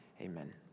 amen